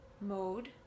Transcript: mode